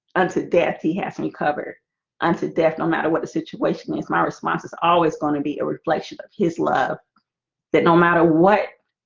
unto death. he has and you covered unto death. no matter what the situation is my response is always going to be a reflection of his love that no matter what?